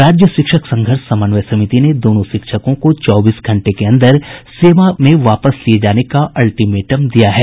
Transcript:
राज्य शिक्षक संघर्ष समन्वय समिति ने दोनों शिक्षकों को चौबीस घंटे के अन्दर सेवा में वापस लिये जाने का अल्टीमेटम दिया है